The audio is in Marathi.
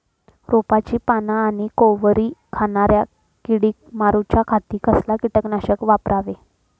रोपाची पाना आनी कोवरी खाणाऱ्या किडीक मारूच्या खाती कसला किटकनाशक वापरावे?